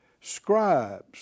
scribes